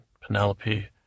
Penelope